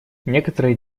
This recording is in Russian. некоторые